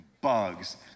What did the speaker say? bugs